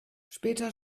später